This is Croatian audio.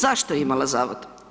Zašto je imala Zavod?